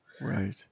right